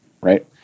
right